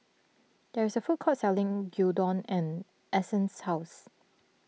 there is a food court selling Gyudon and Essence's house